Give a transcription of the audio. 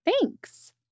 Thanks